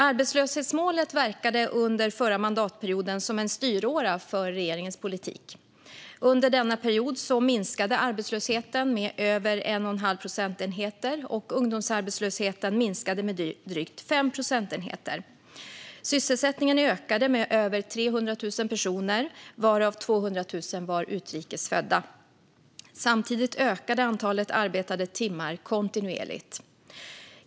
Arbetslöshetsmålet verkade under förra mandatperioden som en styråra för regeringens politik. Under denna period minskade arbetslösheten med över 1 1⁄2 procentenhet, och ungdomsarbetslösheten minskade med drygt 5 procentenheter. Sysselsättningen ökade med över 300 000 personer, varav 200 000 var utrikes födda. Samtidigt ökade antalet arbetade timmar kontinuerligt.